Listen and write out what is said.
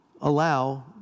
allow